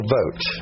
vote